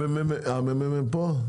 נציג הממ"מ פה?